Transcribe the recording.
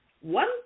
one